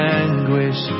anguish